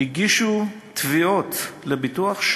הגישו 3,400 חקלאים תביעות לביטוח.